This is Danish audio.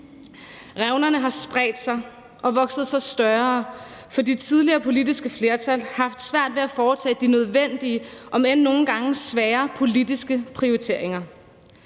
Revnerne har spredt sig og vokset sig større, for de tidligere politiske flertal har haft svært ved at foretage de nødvendige om end nogle gange svære politiske prioriteringer.